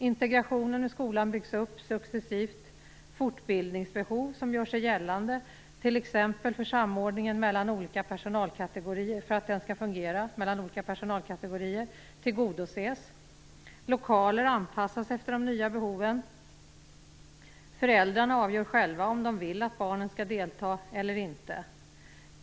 Integrationen i skolan byggs successivt upp, fortbildningsbehov som gör sig gällande, t.ex. för att samordningen mellan olika personalkategorier skall fungera, tillgodoses och lokaler anpassas efter de nya behoven. Föräldrarna avgör själva om de vill att barnen skall delta eller inte.